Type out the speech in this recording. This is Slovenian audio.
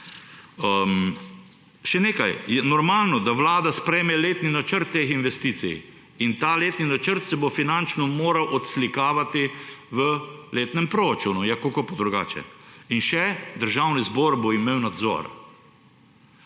Še nekaj, normalno je, da vlada sprejme letni načrt teh investicij, in ta letni načrt se bo finančno moral odslikavati v letnem proračunu, kako pa drugače. In še, Državni zbor bo imel nadzor.